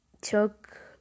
took